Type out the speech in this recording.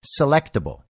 selectable